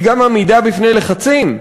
היא גם עמידה בפני לחצים.